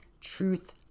truth